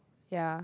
ya